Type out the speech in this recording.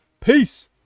Peace